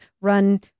run